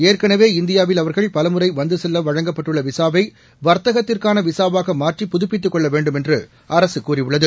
ஏற்கனவே இந்தியாவில் அவர்கள் பலமுறை வந்து செல்ல வழங்கப்பட்டுள்ள விசாவை வாத்தகத்திற்கான விசாவாக மாற்றி புதுப்பித்துக் கொள்ள வேண்டும் என்று அரசு கூறியுள்ளது